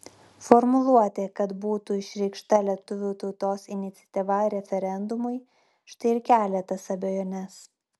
formuluotė kad būtų išreikšta lietuvių tautos iniciatyva referendumui štai ir kelia tas abejones